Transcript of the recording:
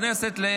25,